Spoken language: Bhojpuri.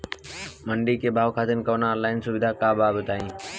मंडी के भाव खातिर कवनो ऑनलाइन सुविधा बा का बताई?